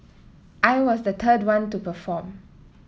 I was the third one to perform